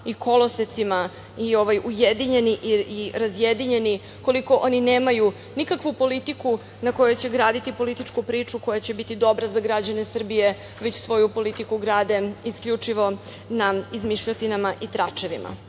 i kolosecima ujedinjeni i razjedinjeni, koliko oni nemaju nikakvu politiku na kojoj će graditi političku priču koja će biti dobra za građane Srbije već svoju politiku grade isključivo na izmišljotinama i tračevima.